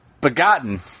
begotten